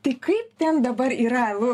tai kaip ten dabar yra lu